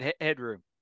headroom